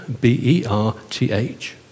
B-E-R-T-H